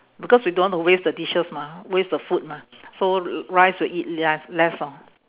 because we don't want to waste the dishes mah waste the food mah so rice we'll eat less less lor